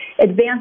advanced